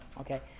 okay